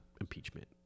impeachment